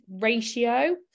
ratio